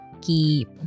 keep